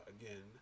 Again